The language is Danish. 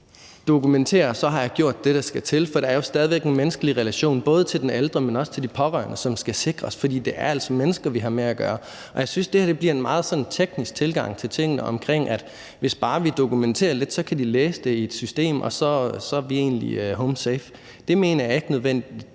dokumenterer, at man har gjort det, der skal til, for der er jo stadig væk en menneskelig relation både til den ældre, men også til de pårørende, som skal sikres, fordi det altså er mennesker, vi har med at gøre. Jeg synes, det her bliver en meget sådan teknisk tilgang til tingene omkring det, så hvis bare vi dokumenterer lidt, kan de læse det i et system, og så er vi egentlig home safe. Det mener jeg ikke nødvendigvis